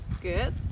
good